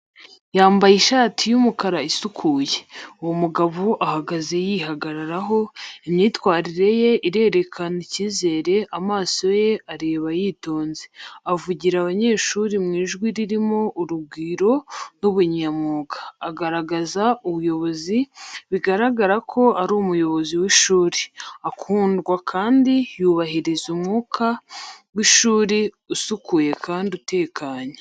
Yambaye ishati y’umukara isukuye, uwo mugabo ahagaze yihagararaho. Imyitwarire ye irerekana icyizere, amaso ye areba yitonze. Avugira abanyeshuri mu ijwi ririmo urugwiro n’ubunyamwuga. Agaragaza ubuyobozi, biragaragara ko ari umuyobozi w’ishuri, akundwa kandi yubahiriza umwuka w’ishuri usukuye kandi utekanye.